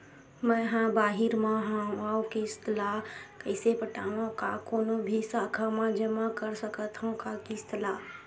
मैं हा बाहिर मा हाव आऊ किस्त ला कइसे पटावव, का कोनो भी शाखा मा जमा कर सकथव का किस्त ला?